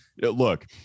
Look